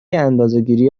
اندازهگیری